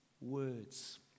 words